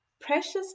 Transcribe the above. precious